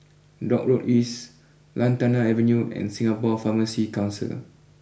Dock Road East Lantana Avenue and Singapore Pharmacy Council